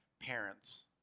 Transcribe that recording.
parents